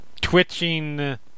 twitching